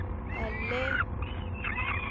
ऐल्ले